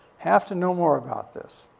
have to know more about this.